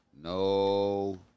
No